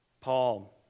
Paul